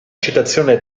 citazione